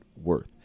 worth